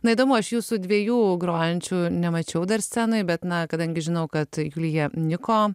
na įdomu aš jūsų dviejų grojančių nemačiau dar scenoje bet na kadangi žinau kad julija niko